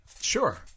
Sure